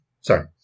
Sorry